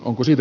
onko sir